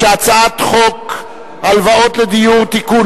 ההצעה להעביר את הצעת חוק הלוואות לדיור (תיקון,